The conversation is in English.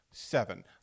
Seven